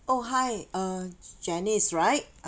oh hi uh janice right